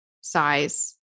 size